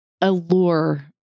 allure